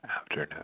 afternoon